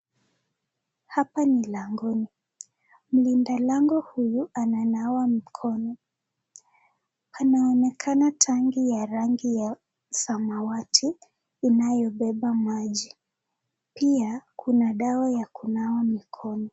Hapa ni langoni, mlinda lango huu ananawa mkono. Panaonekana tangi ya rangi ya samawati, inayobeba maji. Pia kuna dawa ya kunawa mikono.